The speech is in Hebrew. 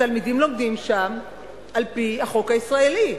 התלמידים לומדים שם על-פי החוק הישראלי.